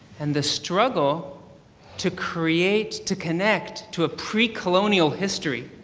and the struggle to create to connect to a pre-colonial history.